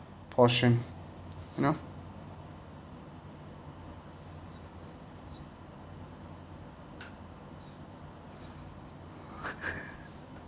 portion you know